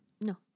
No